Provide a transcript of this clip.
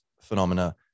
phenomena